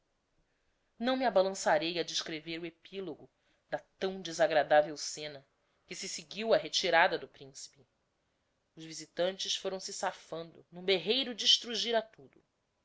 não me abalançarei a descrever o epilogo da tão desagradavel scena que se seguiu á retirada do principe os visitantes foram-se safando n'um berreiro de estrugir a tudo